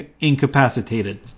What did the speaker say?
incapacitated